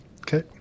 okay